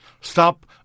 Stop